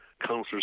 councillors